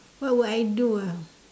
what will I do ah